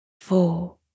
Four